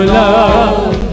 love